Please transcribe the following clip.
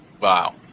Wow